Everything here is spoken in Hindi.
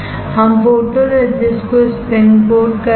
हम फोटोरेसिस्ट को स्पिनकोट करते हैं